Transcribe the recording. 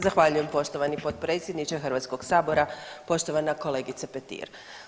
Zahvaljujem poštovani potpredsjedniče Hrvatskog sabora, poštovana kolegice Petir.